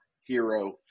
Hero